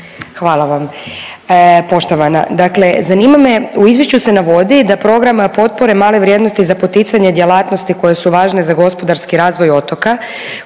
Hvala vam. Poštovana, dakle zanima me u izvješću se navodi da programa potpore male vrijednosti za poticanje djelatnosti koje su važne za gospodarski razvoj otoka